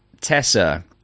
Tessa